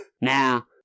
Now